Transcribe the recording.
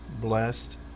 blessed